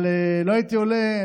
אבל לא הייתי עולה,